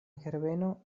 herbeno